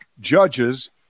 judges